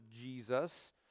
Jesus